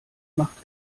macht